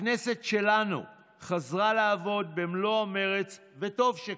הכנסת שלנו חזרה לעבוד במלוא המרץ, וטוב שכך.